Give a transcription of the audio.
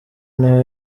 niho